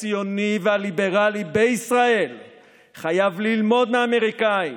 הציוני והליברלי בישראל חייב ללמוד מהאמריקאים.